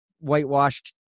whitewashed